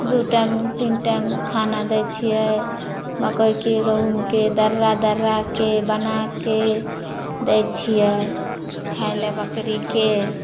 दू टाइम तीन टाइम खाना दै छियै मकइके गहूॅंमके दर्रा दर्राके बनाके दै छियै खाय ले बकरीके